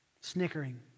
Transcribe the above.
snickering